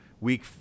week